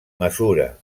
mesura